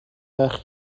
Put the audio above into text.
وقت